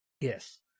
Yes